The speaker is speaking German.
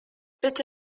bitte